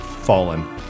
fallen